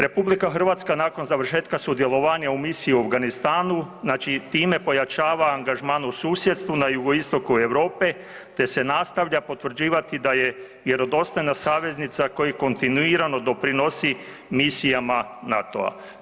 RH nakon završetka sudjelovanja u misiji u Afganistanu, znači i time pojačava angažman u susjedstvu, na jugoistoku Europe te se nastavlja potvrđivati da je vjerodostojna saveznica koji kontinuirano doprinosi misijama NATO-a.